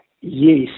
Yes